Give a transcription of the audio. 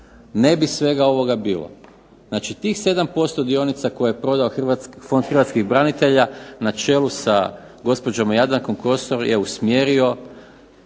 ne bi svega ovog bilo. Znači tih 7% dionica koje je prodao Fond hrvatskih branitelja na čelu sa gospođom Jadrankom Kosor je usmjerio